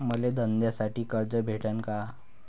मले धंद्यासाठी कर्ज भेटन का?